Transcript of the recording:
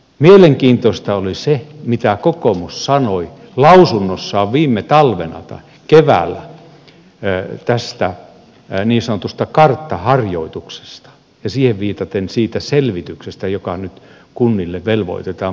mielenkiintoista oli se mitä kokoomus sanoi lausunnossaan keväällä tästä niin sanotusta karttaharjoituksesta ja siihen viitaten siitä selvityksestä joka nyt kunnille velvoitetaan kuntarakennelain mukaan